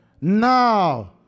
Now